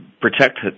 protect